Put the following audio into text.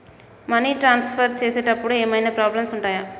Money transfer చేసేటప్పుడు ఏమైనా problems ఉంటయా?